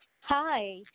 Hi